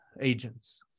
agents